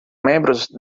membros